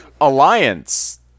alliance